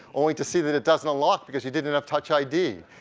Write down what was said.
only to see that it doesn't unlock because you didn't have touch id.